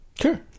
Sure